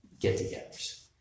get-togethers